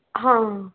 ਹਾਂ